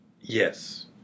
Yes